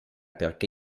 perché